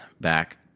back